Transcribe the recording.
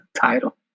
title